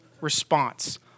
response